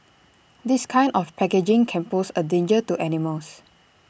this kind of packaging can pose A danger to animals